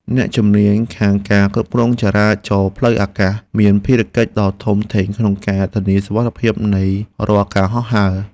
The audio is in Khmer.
អ្នកជំនាញខាងការគ្រប់គ្រងចរាចរណ៍ផ្លូវអាកាសមានភារកិច្ចដ៏ធំធេងក្នុងការធានាសុវត្ថិភាពនៃរាល់ការហោះហើរ។